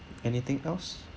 anything else